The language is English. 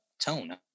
tone